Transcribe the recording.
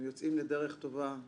הם יוצאים לדרך טובה,